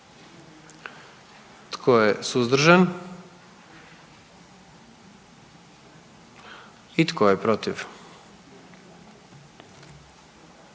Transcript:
Tko je suzdržan? I tko je protiv?